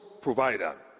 provider